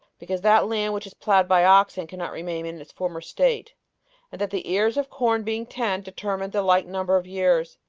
because that land which is ploughed by oxen cannot remain in its former state and that the ears of corn being ten, determined the like number of years,